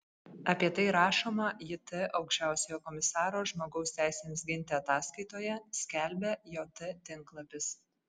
apie tai rašoma jt aukščiausiojo komisaro žmogaus teisėms ginti ataskaitoje skelbia jt tinklapis